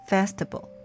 Festival